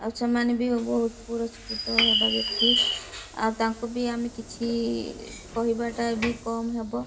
ଆଉ ସେମାନେ ବି ବହୁତ ପୁରସ୍କୃତ ହେବା ବ୍ୟକ୍ତି ଆଉ ତାଙ୍କୁ ବି ଆମେ କିଛି କହିବାଟା ବି କମ୍ ହେବ